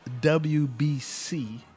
WBC